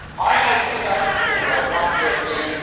ah made mistakes before, but i won't do it again.